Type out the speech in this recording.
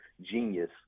genius